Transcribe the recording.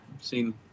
Seen